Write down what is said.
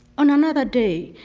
on another day,